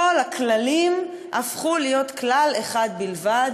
כל הכללים, הפכו להיות כלל אחד בלבד: